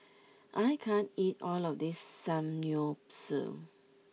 I can't eat all of this Samgyeopsal